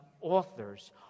authors